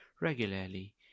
regularly